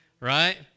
Right